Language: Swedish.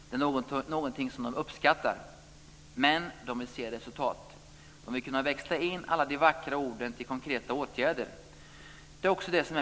Det är någonting som uppskattas men man vill se resultat och kunna växla in alla vackra orden till konkreta åtgärder.